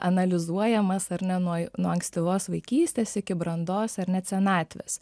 analizuojamas ar ne nuo nuo ankstyvos vaikystės iki brandos ar net senatvės